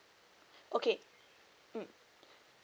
okay mm